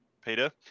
peter